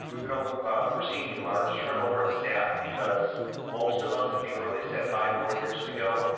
we don't foresee any large turnover in staff because most of us at the earliest have five more years to go.